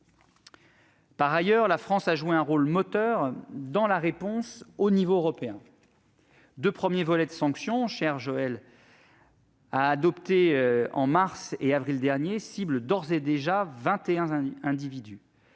Par ailleurs, la France a joué un rôle moteur dans la réponse européenne. Les deux premiers volets de sanctions, chère Joëlle, adoptés en mars et avril derniers, ciblent d'ores et déjà vingt